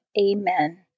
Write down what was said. Amen